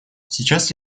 сейчас